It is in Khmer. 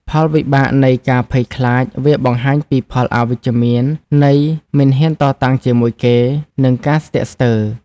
ផលវិបាកនៃការភ័យខ្លាច វាបង្ហាញពីផលអវិជ្ជមាននៃ មិនហ៊ានតតាំងជាមួយគេ និង ការស្ទាក់ស្ទើរ។